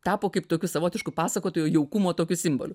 tapo kaip tokiu savotišku pasakotojo jaukumo tokiu simboliu